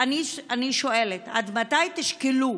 אני שואלת: עד מתי תשקלו?